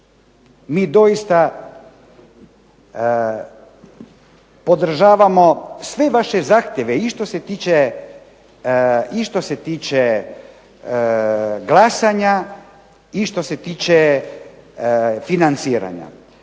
Mi doista podržavamo sve vaše zahtjeve, i što se tiče glasanja, i što se tiče financiranja.